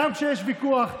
גם כשיש ויכוח,